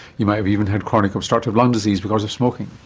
you might have even had chronic obstructive lung disease because of smoking.